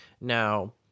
now